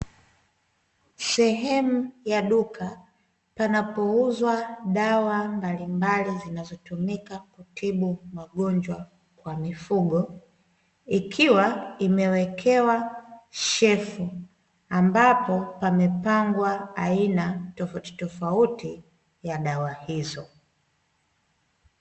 Sehemu ya duka panapouzwa dawa mbalimbali zinazotumika kutibu magonjwa ya mifugo, ikiwa imewekewa shelfu, ambapo pamepangwa aina tofauti tofauti ya dawa hizo.